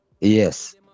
yes